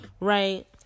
right